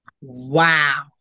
Wow